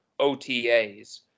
OTAs